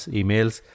emails